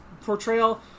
portrayal